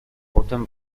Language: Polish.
potem